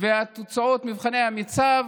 ותוצאות מבחני המיצ"ב.